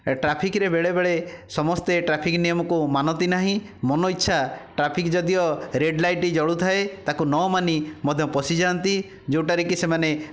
ଟ୍ରାଫିକ୍ରେ ବେଳେବେଳେ ସମସ୍ତେ ଟ୍ରାଫିକ୍ ନିୟମକୁ ମାନନ୍ତି ନାହିଁ ମନ ଇଛା ଟ୍ରାଫିକ୍ ଯଦିଓ ରେଡ଼୍ ଲାଇଟ୍ ଜଳୁଥାଏ ତାକୁ ନ ମାନି ମଧ୍ୟ ପଶିଯାଆନ୍ତି ଯେଉଁଠାରେ କି ସେମାନେ